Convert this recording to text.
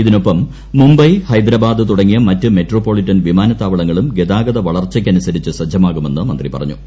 ഇതിനൊപ്പം മുംബൈ ഹൈദരാബാദ് തുടങ്ങിയ മറ്റ് മെട്രോപൊളിറ്റൻ വിമാനത്താവളങ്ങളും ഗതാഗതവളർച്ചയ്ക്ക് അനുസരിച്ച് സജ്ജമാകുമെന്ന് മന്ത്രി പറഞ്ഞു